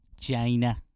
China